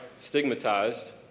stigmatized